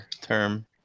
term